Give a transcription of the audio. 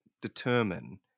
determine